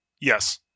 Yes